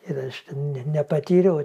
ir aš ten ne nepatyriau